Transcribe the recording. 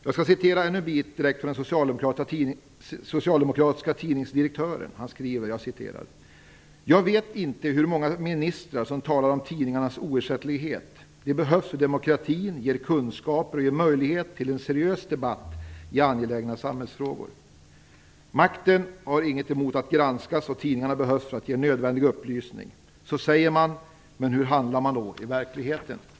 Jag skall ytterligare återge något av vad den socialdemokratiske direktören skriver: Jag vet inte hur många ministrar som talar om tidningarnas oersättlighet. De behövs för demokratin, ger kunskaper och ger möjlighet till en seriös debatt i angelägna samhällsfrågor. Makten har inget emot att granskas, och tidningarna behövs för att ge nödvändiga upplysningar. Så säger man, men hur handlar man då i verkligheten?